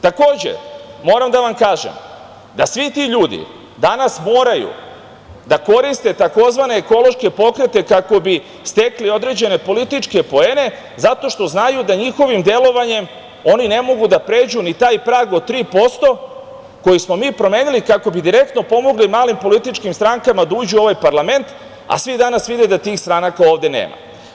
Takođe, moram da vam kažem da svi ti ljudi danas moraju da koriste tzv. ekološke pokrete kako bi stekli određene političke poene zato što znaju da njihovim delovanjem oni ne mogu da pređu ni taj prag od 3%, koji smo mi promenili kako bi direktno pomogli malim političkim strankama da uđu u ovaj parlament, a svi danas vide da tih stranaka ovde nema.